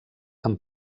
amb